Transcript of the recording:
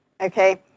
okay